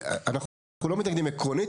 אנחנו לא מתנגדים עקרונית,